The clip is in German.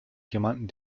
jemanden